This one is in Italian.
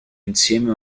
insieme